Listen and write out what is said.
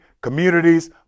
communities